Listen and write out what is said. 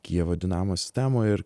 kijevo dinamo sistemoj ir